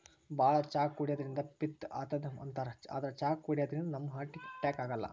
ಭಾಳ್ ಚಾ ಕುಡ್ಯದ್ರಿನ್ದ ಪಿತ್ತ್ ಆತದ್ ಅಂತಾರ್ ಆದ್ರ್ ಚಾ ಕುಡ್ಯದಿಂದ್ ನಮ್ಗ್ ಹಾರ್ಟ್ ಅಟ್ಯಾಕ್ ಆಗಲ್ಲ